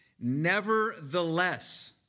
Nevertheless